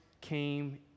came